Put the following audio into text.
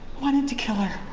wanted to kill her.